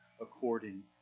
according